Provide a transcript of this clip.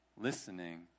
Listening